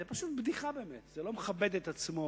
זאת בדיחה, זה לא מכבד את עצמו,